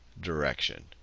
direction